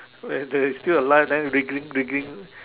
when they is still alive then wiggling wiggling